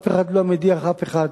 אף אחד לא מדיח אף אחד.